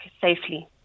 safely